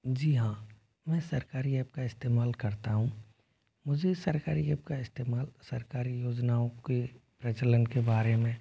जी हाँ मैं सरकारी ऐप का इस्तेमाल करता हूँ मुझे सरकारी ऐप का इस्तेमाल सरकारी योजनाओं के प्रचलन के बारे में